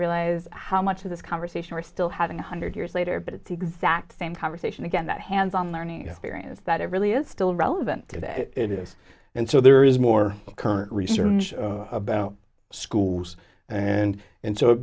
realize how much of this conversation are still having one hundred years later but at the exact same conversation again that hands on learning experience that it really is still relevant that it is and so there is more current research about schools and and so it